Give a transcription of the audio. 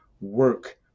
work